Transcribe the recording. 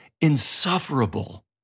insufferable